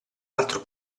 altro